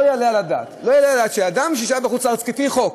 לא יעלה על הדעת שאדם ששהה בחוץ-לארץ לפי חוק,